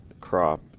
crop